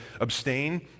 abstain